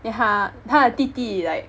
then 她她的弟弟 like